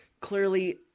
clearly –